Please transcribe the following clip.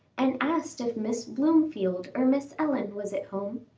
and asked if miss blomefield or miss ellen was at home.